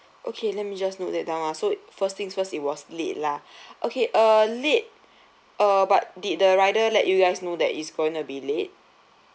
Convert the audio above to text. okay let me just note that down ah so first things first it was late lah okay err late err but did the rider let you guys know that it's going to be late